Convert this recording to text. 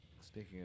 speaking